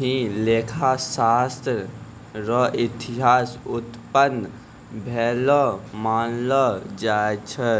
ही लेखा शास्त्र र इतिहास उत्पन्न भेलो मानलो जाय छै